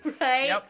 right